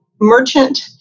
merchant